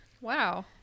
Wow